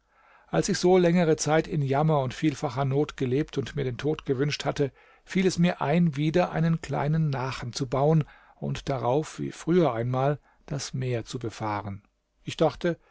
als ich so längere zeit in jammer und vielfacher not gelebt und mir den tod gewünscht hatte fiel es mir ein wieder einen kleinen nachen zu bauen und darauf wie früher einmal das meer zu befahren ich dachte